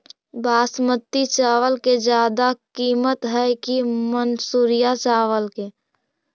बासमती चावल के ज्यादा किमत है कि मनसुरिया चावल के?